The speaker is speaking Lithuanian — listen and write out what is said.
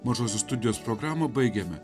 mažosios studijos programą baigiame